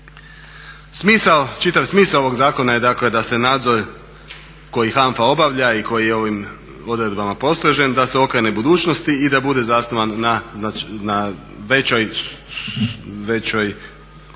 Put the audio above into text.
čitav smisao ovog zakona je dakle da se nadzor koji HANFA obavlja i koji je ovim odredbama postrožen da se okrene budućnosti i da bude zasnovan na većem